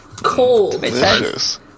Cold